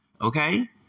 Okay